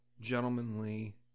gentlemanly